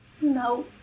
No